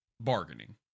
bargaining